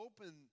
open